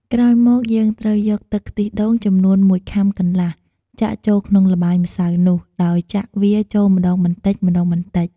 ក្រោយមកយើងត្រូវយកទឹកខ្ទិះដូងចំនួន១ខាំកន្លះ ចាក់ចូលក្នុងល្បាយម្សៅនោះ ដោយចាក់វាចូលម្ដងបន្តិចៗ។